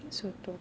I think so too